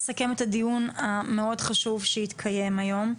הדיון החשוב שהתקיים היום: